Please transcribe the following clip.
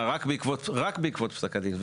רק בעקבות פסק הדין.